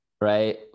right